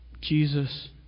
Jesus